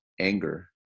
anger